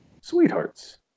Sweethearts